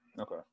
Okay